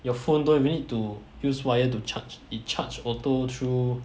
your phone don't even need to use wire to charge it charge automatic through